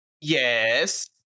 yes